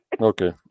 Okay